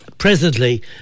Presently